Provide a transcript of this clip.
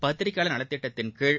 பத்திரிகையாளர் நலத்திட்டத்தின் கீழ்